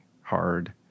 hard